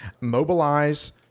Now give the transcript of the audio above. mobilize